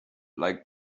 like